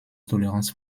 toleranz